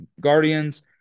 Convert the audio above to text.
Guardians